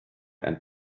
and